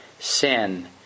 Sin